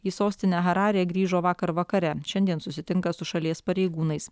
į sostinę hararę grįžo vakar vakare šiandien susitinka su šalies pareigūnais